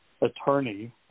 attorney